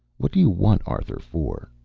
what do you want arthur for?